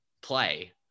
play